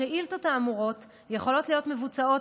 השאילתות האמורות יכולות להיות מבוצעות